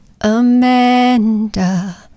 Amanda